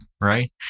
Right